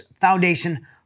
Foundation